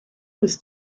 was